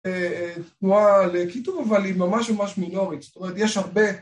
תנועה לכיתוב אבל היא ממש ממש מינורית, זאת אומרת יש הרבה...